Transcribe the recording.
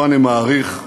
מעריך מאוד,